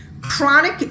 chronic